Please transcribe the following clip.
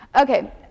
Okay